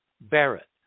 Barrett